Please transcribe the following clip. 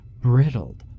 brittled